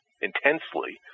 intensely